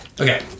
Okay